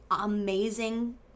amazing